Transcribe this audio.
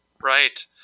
right